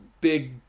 big